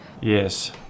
Yes